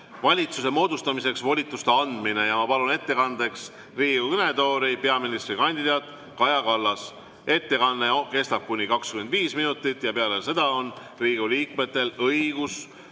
valitsuse moodustamiseks volituste andmine. Ma palun ettekandeks Riigikogu kõnetooli peaministrikandidaat Kaja Kallase. Ettekanne kestab kuni 25 minutit ja peale seda on Riigikogu liikmetel õigus